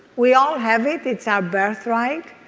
we all have it. it's our birthright.